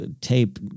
tape